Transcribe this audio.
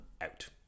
out